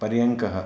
पर्यङ्कः